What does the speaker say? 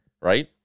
right